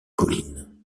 collines